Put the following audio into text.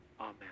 Amen